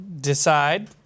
decide